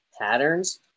patterns